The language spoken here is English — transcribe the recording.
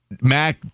Mac